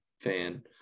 fan